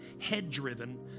head-driven